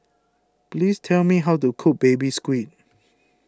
please tell me how to cook Baby Squid